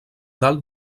dalt